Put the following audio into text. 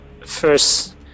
first